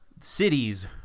cities